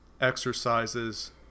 exercises